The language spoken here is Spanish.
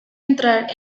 entrar